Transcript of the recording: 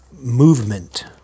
movement